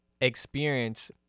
experience